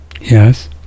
Yes